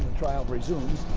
trial resumes.